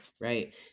right